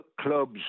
clubs